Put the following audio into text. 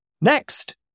next